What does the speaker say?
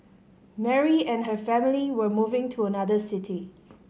Mary and her family were moving to another city